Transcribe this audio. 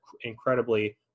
incredibly